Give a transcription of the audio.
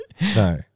No